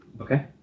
Okay